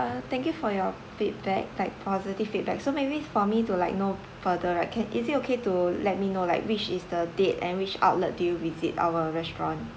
uh thank you for your feedback like positive feedback so maybe it's for me to like know further right can is it okay to let me know like which is the date and which outlet did you visit our restaurant